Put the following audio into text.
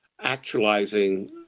actualizing